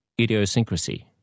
idiosyncrasy